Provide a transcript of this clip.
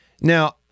Now